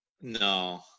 No